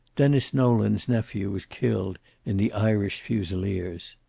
denis nolan's nephew was killed in the irish fusileers.